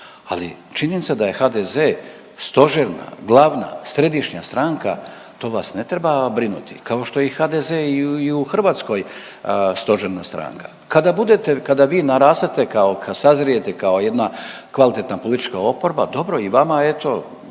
Ali činjenica da je HDZ stožerna, glavna središnja stranka to vas ne treba brinuti kao što je i HDZ i u Hrvatskoj stožerna stranka. Kada budete kada vi narastete kao kad sazrijete kao jedna kvalitetna politička oporba, dobro i vama eto